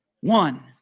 One